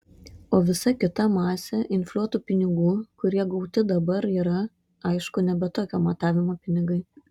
o visa kita masė infliuotų pinigų kurie gauti dabar yra aišku nebe tokio matavimo pinigai